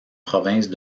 provinces